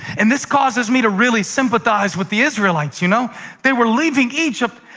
and this causes me to really sympathize with the israelites. you know they were leaving egypt,